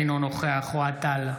אינו נוכח אוהד טל,